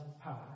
power